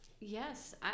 yes